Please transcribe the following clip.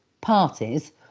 parties